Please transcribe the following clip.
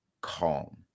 calm